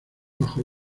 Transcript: bajo